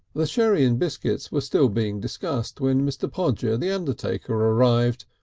the sherry and biscuits were still being discussed when mr. podger, the undertaker, arrived,